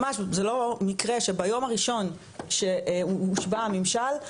ממש זה לא מקרה שביום הראשון שהושבע הממשל,